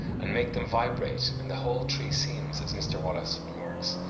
and make them vibrate, and the whole tree seems, as mr. wallace remarks,